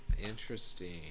Interesting